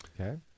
Okay